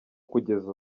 kugeza